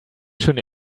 schöne